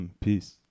Peace